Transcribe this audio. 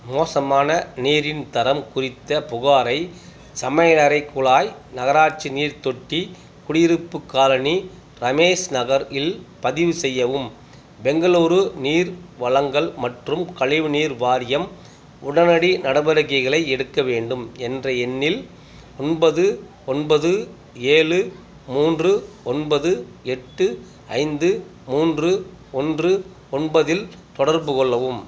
மோசமான நீரின் தரம் குறித்த புகாரை சமையலறைக் குழாய் நகராட்சி நீர்த்தொட்டி குடியிருப்புக் காலனி ரமேஷ் நகர் இல் பதிவு செய்யவும் பெங்களூரு நீர் வழங்கல் மற்றும் கழிவுநீர் வாரியம் உடனடி நடவடிக்கைகளை எடுக்க வேண்டும் என்ற எண்ணில் ஒன்பது ஒன்பது ஏழு மூன்று ஒன்பது எட்டு ஐந்து மூன்று ஒன்று ஒன்பதில் தொடர்பு கொள்ளவும்